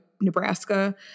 nebraska